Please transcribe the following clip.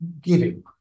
giving